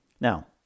Now